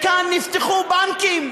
כאן נפתחו בנקים.